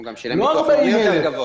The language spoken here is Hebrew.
הוא גם שילם ביטוח לאומי יותר גבוה.